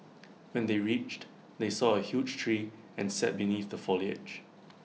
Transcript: when they reached they saw A huge tree and sat beneath the foliage